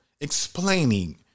explaining